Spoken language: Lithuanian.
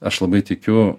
aš labai tikiu